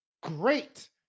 great